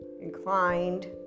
inclined